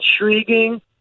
intriguing